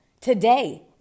today